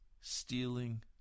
stealing